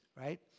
right